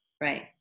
right